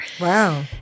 wow